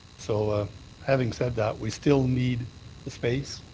so ah having said that, we still need the space.